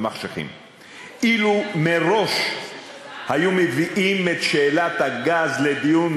אילו היו מביאים מראש את שאלת הגז לדיון,